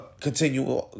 continue